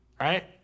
right